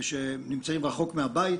ושנמצאים רחוק מהבית,